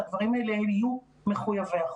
שהדברים האלה יהיו מחויבי החוק.